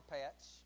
pets